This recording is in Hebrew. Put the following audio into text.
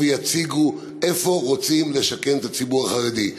ויציגו איפה רוצים לשכן את הציבור החרדי.